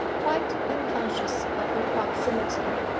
quite unconscious of her proximity,